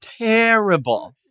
terrible